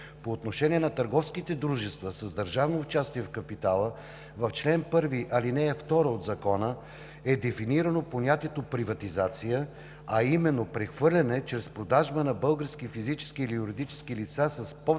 По отношение на търговските дружества с държавно участие в капитала в чл. 1, ал. 2 от Закона е дефинирано понятието „приватизация“, а именно: „прехвърляне чрез продажба на български физически или юридически лица с под